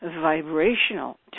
vibrational